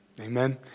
Amen